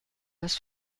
das